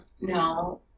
No